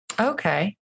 Okay